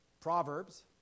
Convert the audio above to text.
Proverbs